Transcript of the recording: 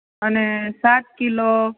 અને સાત કિલો